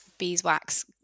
beeswax